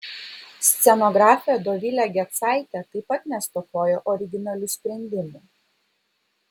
scenografė dovilė gecaitė taip pat nestokojo originalių sprendimų